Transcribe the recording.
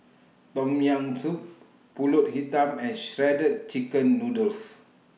Tom Yam Soup Pulut Hitam and Shredded Chicken Noodles